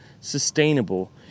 sustainable